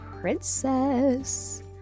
Princess